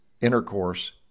intercourse